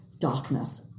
darkness